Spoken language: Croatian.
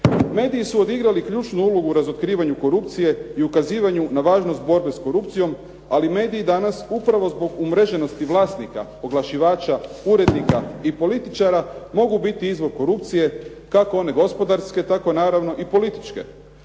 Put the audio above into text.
Mediji su odigrali ključnu ulogu u razotkrivanju korupcije i ukazivanju na važnost borbe sa korupcijom ali mediji danas upravo zbog umreženosti vlasnika, oglašivača, urednika i političara mogu biti izvor korupcije, kako one gospodarske, tako naravno i političke.